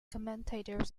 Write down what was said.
commentators